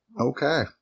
Okay